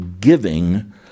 giving